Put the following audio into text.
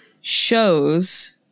shows